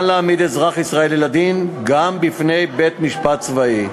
להעמיד אזרח ישראלי לדין גם בפני בית-משפט צבאי.